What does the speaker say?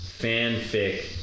fanfic